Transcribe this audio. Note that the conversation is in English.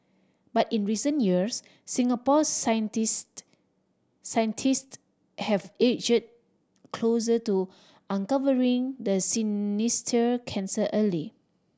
but in recent years Singapore scientist scientist have edged closer to uncovering the sinister cancer early